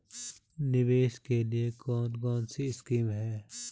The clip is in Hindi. निवेश के लिए कौन कौनसी स्कीम हैं?